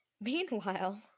meanwhile